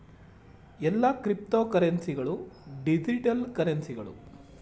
ಎಲ್ಲಾ ಕ್ರಿಪ್ತೋಕರೆನ್ಸಿ ಗಳು ಡಿಜಿಟಲ್ ಕರೆನ್ಸಿಗಳು